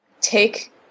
take